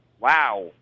Wow